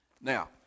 Now